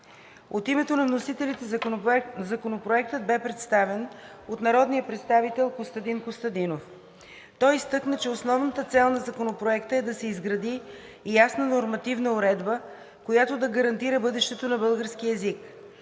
От името на вносителите Законопроектът бе представен от народния представител Костадин Костадинов. Той изтъкна, че основната цел на Законопроекта е да се изгради ясна нормативна уредба, която да гарантира бъдещето на българския език.